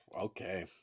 Okay